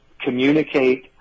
communicate